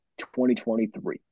2023